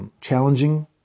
Challenging